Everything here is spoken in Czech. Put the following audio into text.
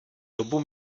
dobu